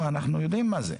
אנחנו יודעים מה זה.